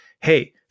hey